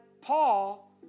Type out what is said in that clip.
Paul